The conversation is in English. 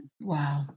Wow